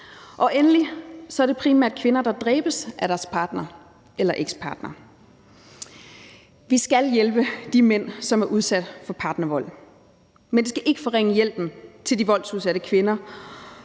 og endelig er det primært kvinder, der dræbes af deres partner eller ekspartner. Vi skal hjælpe de mænd, som er udsat for partnervold, men det skal ikke forringe hjælpen til de voldsudsatte kvinder,